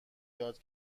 یاد